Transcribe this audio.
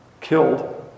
killed